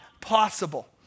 possible